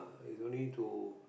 it's only to